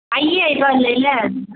आइए एबै लै लेल